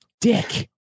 dick